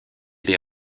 des